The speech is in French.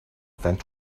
vingt